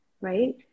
right